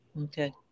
Okay